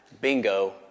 bingo